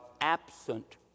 absent